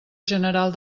general